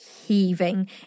heaving